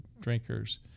drinkers